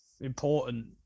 important